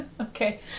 Okay